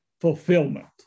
fulfillment